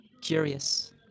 curious